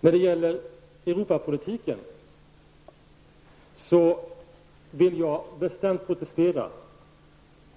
När det gäller Europapolitiken vill jag bestämt protestera